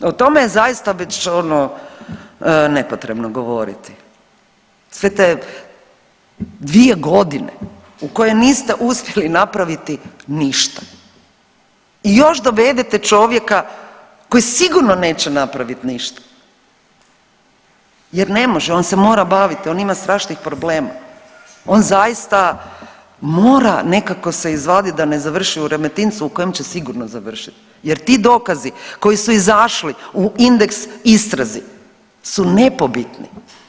Obnova, o tome je zaista već ono nepotrebno govoriti, sve te 2.g. u koje niste uspjeli napraviti ništa i još dovedete čovjeka koji sigurno neće napravit ništa jer ne može, on se mora bavit, on ima strašnih problema, on zaista mora nekako se izvadit da ne završi u Remetincu u kojem će sigurno završit jer ti dokazi koji su izašli u Indeks istrazi su nepobitni.